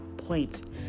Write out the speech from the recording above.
point